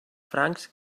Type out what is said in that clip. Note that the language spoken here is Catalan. francs